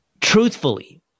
truthfully